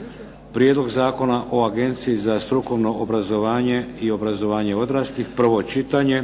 - Prijedlog zakona o Agenciji za strukovno obrazovanje i obrazovanje odraslih, prvo čitanje,